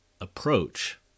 approach